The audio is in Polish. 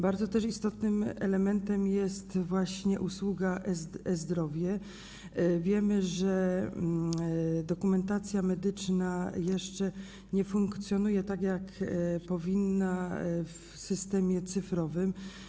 Bardzo istotnym elementem jest też usługa e-zdrowie - wiemy, że dokumentacja medyczna jeszcze nie funkcjonuje tak jak powinna w systemie cyfrowym.